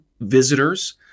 visitors